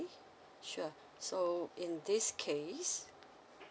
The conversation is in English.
sure so in this case